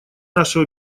нашего